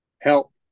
help